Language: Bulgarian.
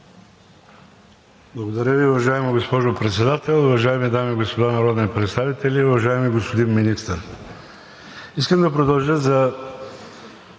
Благодаря Ви, уважаема госпожо Председател. Уважаеми дами и господа народни представители! Уважаеми господин Министър, искам да продължа по